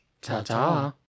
Ta-ta